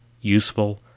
Useful